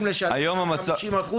היום המצב --- וההורים צריכים לשלם 50%?